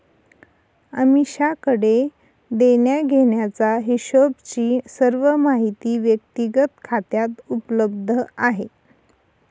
अमीषाकडे देण्याघेण्याचा हिशोबची सर्व माहिती व्यक्तिगत खात्यात उपलब्ध आहे